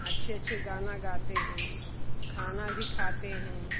अच्छे अच्छे गाना गाते हैं खाना भी खाते हैं